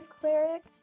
clerics